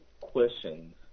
questions